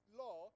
law